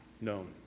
known